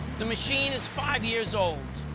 the machine is five years old,